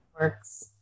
works